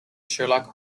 sherlock